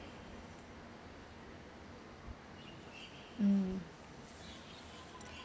mm